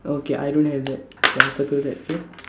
okay I don't have that K I circle that K